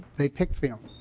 they picked phelan.